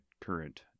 current